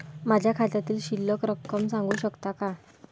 माझ्या खात्यातील शिल्लक रक्कम सांगू शकता का?